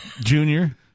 Junior